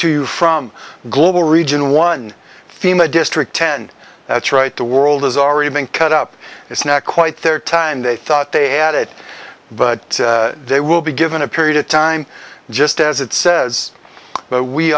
to you from global region one theme of district ten that's right the world is already being cut up it's not quite there time they thought they had it but they will be given a period of time just as it says but we